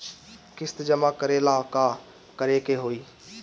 किस्त जमा करे ला का करे के होई?